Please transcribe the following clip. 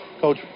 Coach